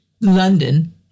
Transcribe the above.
London